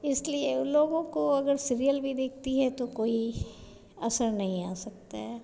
इसलिए ऊ लोगों को अगर सीरियल भी देखती हैं तो कोई असर नहीं आ सकता है